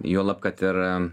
juolab kad ir